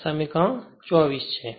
આ સમીકરણ 24 છે